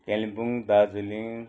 Kalimpong Darjeeling